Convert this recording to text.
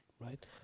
right